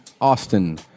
Austin